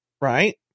Right